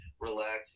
relax